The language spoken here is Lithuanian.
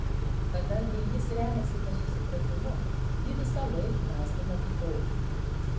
kadangi jis remiasi nesusipratimu jį visąlaik gąsdina tikrovė